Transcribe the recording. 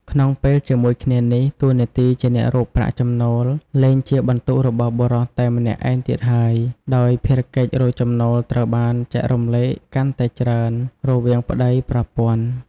ក្នុងពេលជាមួយគ្នានេះ តួនាទីជាអ្នករកប្រាក់ចំណូលលែងជាបន្ទុករបស់បុរសតែម្នាក់ឯងទៀតហើយ ដោយភារកិច្ចរកចំណូលត្រូវបានចែករំលែកកាន់តែច្រើនរវាងប្ដីប្រពន្ធ។